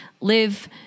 live